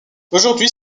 aujourd’hui